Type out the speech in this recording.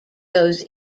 goes